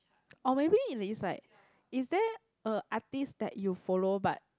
or maybe you know it's like is there a artiste that you follow but